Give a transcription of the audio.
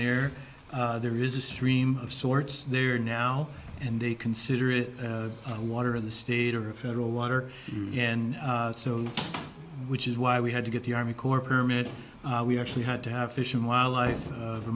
there there is a stream of sorts there now and they consider it water in the state or federal water and so which is why we had to get the army corps permit we actually had to have fish and wildlife